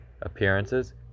appearances